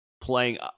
playing